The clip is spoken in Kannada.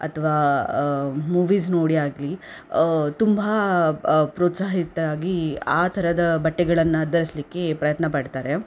ಅಥವಾ ಮೂವೀಸ್ ನೋಡಿ ಆಗಲಿ ತುಂಬ ಪ್ರೋತ್ಸಾಹಿತ ಆಗಿ ಆ ಥರದ ಬಟ್ಟೆಗಳನ್ನು ಧರಿಸಲಿಕ್ಕೆ ಪ್ರಯತ್ನ ಪಡ್ತಾರೆ